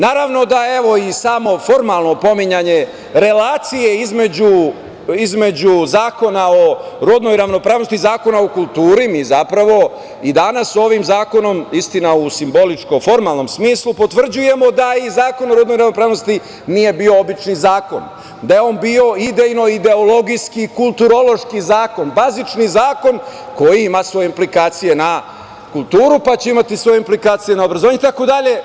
Naravno, da evo i samo formalno pominjanje relacije između Zakona o rodnoj ravnopravnosti i Zakona o kulturi mi zapravo i danas ovim zakonom, istina u simboličko formalnom smislu, potvrđujemo da je i Zakon o rodnoj ravnopravnosti nije bio obični zakon, da je on bio idejno, ideologijski, kulturološki zakon, bazični zakon koji ima svoje implikacije na kulturu pa će imati svoje implikacije na obrazovanje, itd.